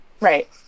Right